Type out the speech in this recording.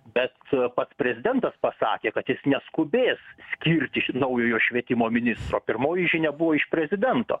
bet pats prezidentas pasakė kad jis neskubės skirti naujojo švietimo ministro pirmoji žinia buvo iš prezidento